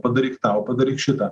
padaryk tą o padaryk šitą